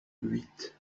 huit